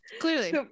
Clearly